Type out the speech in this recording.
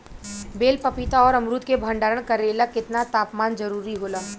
बेल पपीता और अमरुद के भंडारण करेला केतना तापमान जरुरी होला?